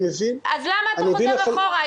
אני מבין --- אז למה אתה חוזר אחורה,